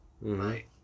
Right